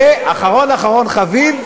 ואחרון אחרון חביב,